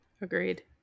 Agreed